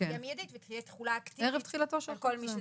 תהיה מיידית ותהיה תחולה אקטיבית על כל מי שזכאי.